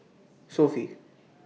Sofy